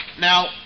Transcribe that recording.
Now